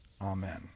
Amen